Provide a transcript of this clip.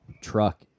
truck